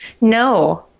No